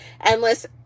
endless